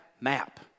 map